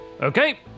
Okay